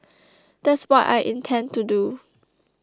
that's what I intend to do